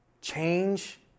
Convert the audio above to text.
change